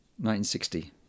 1960